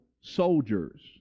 soldiers